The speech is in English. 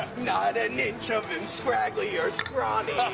not an inch of him scraggily or scrawny.